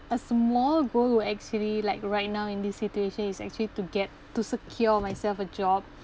a small goal would actually like right now in this situation is actually to get to secure myself a job